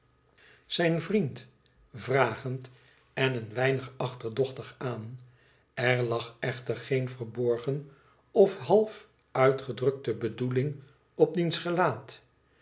vrisnd vriend vragend en een weinig achterdochtig aan br lag echter geen verborgen of half uitgedrukte bedoeling op diens gelaat